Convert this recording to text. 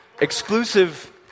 Exclusive